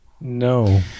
No